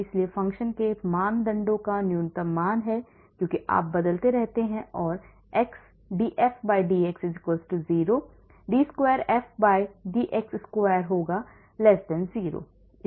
इसलिए फ़ंक्शन के मानदंड का न्यूनतम मान है क्योंकि आप बदलते रहते हैं x df dx 0 d वर्ग f dx वर्ग होगा 0